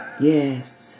Yes